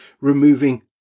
removing